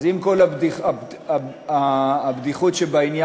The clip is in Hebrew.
אז עם כל הבדיחוּת שבעניין,